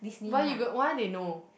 why you why they know